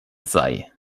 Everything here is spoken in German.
sei